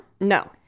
No